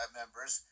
members